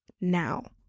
now